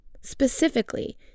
specifically